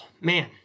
man